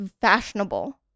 fashionable